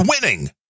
winning